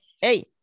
Hey